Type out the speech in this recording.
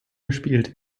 gespielt